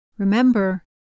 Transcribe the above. Remember